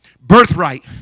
Birthright